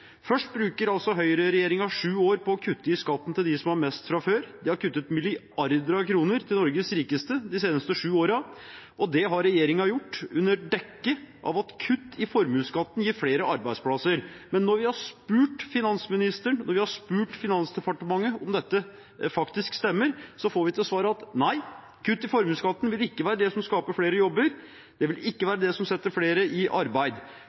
Først bruker altså høyreregjeringen sju år på å kutte i skatten til dem som har mest fra før – de har kuttet milliarder av kroner til Norges rikeste de seneste sju årene – og det har regjeringen gjort under dekke av at kutt i formuesskatten gir flere arbeidsplasser. Men når vi har spurt finansministeren og Finansdepartementet om dette faktisk stemmer, får vi til svar at nei, kutt i formuesskatten vil ikke være det som skaper flere jobber, det vil ikke være det som setter flere i arbeid.